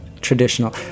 traditional